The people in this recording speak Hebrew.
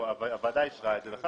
והוועדה אישרה את זה.